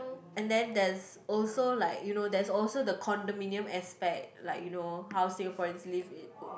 and then there's also like you know there's also the condominium aspect like you know how Singaporeans live in oh